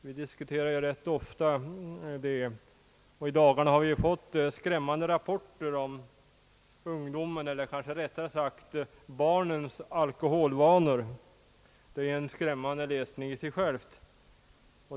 Vi talar ofta om ungdomens problem, och i dagarna har vi fått skrämmande rapporter om ungdomens eller rättare sagt barnens alkoholvanor. Det är en skrämmande läsning.